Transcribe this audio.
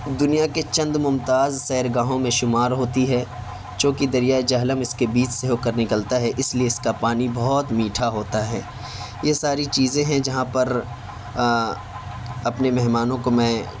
دنیا کے چند ممتاز سیرگاہوں میں شمار ہوتی ہے چونکہ دریائے جہلم اس کے بیچ سے ہو کر نکلتا ہے اس لیے اس کا پانی بہت میٹھا ہوتا ہے یہ ساری چیزیں ہیں جہاں پر اپنے مہمانوں کو میں